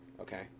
okay